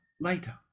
later